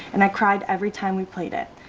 and i cried every time we played it,